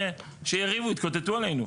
שיריבו, יתקוטטו עלינו.